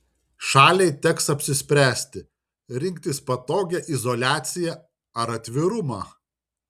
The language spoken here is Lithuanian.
šaliai teks apsispręsti rinktis patogią izoliaciją ar atvirumą